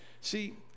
See